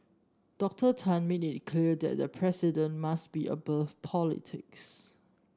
Doctor Tan made it clear that the president must be above politics